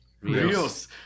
Rios